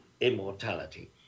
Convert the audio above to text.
immortality